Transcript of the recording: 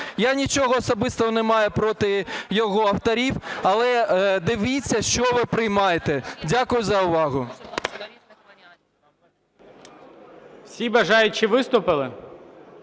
особисто не маю проти його авторів, але дивіться, що ви приймаєте. Дякую за увагу.